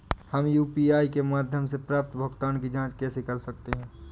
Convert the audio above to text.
हम यू.पी.आई के माध्यम से प्राप्त भुगतान की जॉंच कैसे कर सकते हैं?